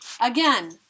Again